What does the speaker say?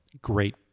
Great